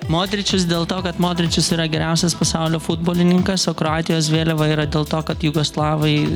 modričius dėl to kad modričius yra geriausias pasaulio futbolininkas o kroatijos vėliava yra dėl to kad jugoslavai